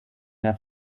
der